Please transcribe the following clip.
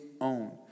own